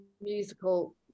musical